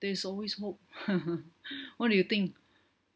there's always hope what do you think